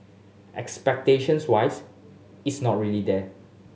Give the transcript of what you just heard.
expectations wise it's not really there